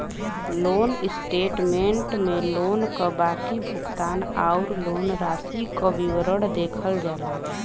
loan statement में loan क बाकी भुगतान आउर लोन राशि क विवरण देखल जाला